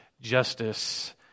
justice